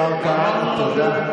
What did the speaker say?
השר כהנא, תודה.